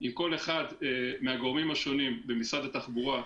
עם כל אחד מהגורמים השונים במשרד התחבורה,